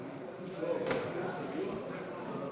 לשנת התקציב 2016, כהצעת הוועדה, נתקבל.